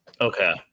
Okay